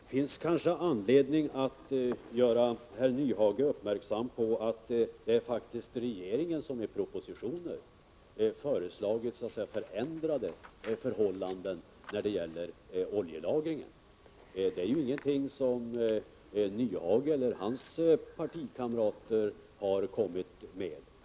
Herr talman! Det finns kanske anledning att göra Hans Nyhage uppmärksam på att det faktiskt är regeringen som i propositioner föreslagit förändrade förhållanden när det gäller oljelagringen. Detta är ju ingenting som herr Nyhage eller hans partikamrater kommit med.